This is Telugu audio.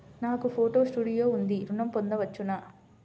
నాకు ఫోటో స్టూడియో ఉంది ఋణం పొంద వచ్చునా?